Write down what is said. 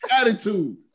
attitude